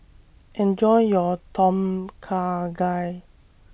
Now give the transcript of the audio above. Enjoy your Tom Kha Gai